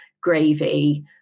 gravy